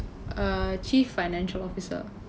err chief financial officer